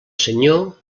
senyor